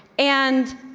and